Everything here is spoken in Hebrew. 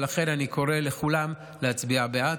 ולכן, אני קורא לכולם להצביע בעד.